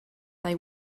they